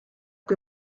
kui